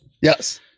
Yes